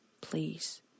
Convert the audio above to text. please